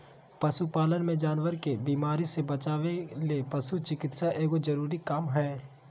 पशु पालन मे जानवर के बीमारी से बचावय ले पशु चिकित्सा एगो जरूरी काम हय